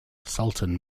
sultan